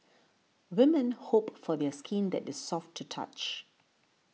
women hope for skin that is soft to the touch